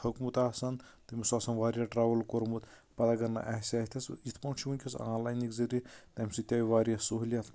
تھوٚکمُت آسان تٔمۍ اوس آسان واریاہ ٹریٚوٕل کوٚرمُت پَتہٕ اَگر نہٕ آسہِ ہا اتتھس یِتھ پٲٹھۍ چھُ ؤنٛکیٚس آن لاینٕکۍ ذٔریعہ تَمہِ سۭتۍ تہِ آیۍ واریاہ سہوٗلیت